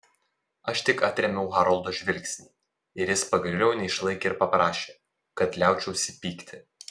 aš tik atrėmiau haroldo žvilgsnį ir jis pagaliau neišlaikė ir paprašė kad liaučiausi pykti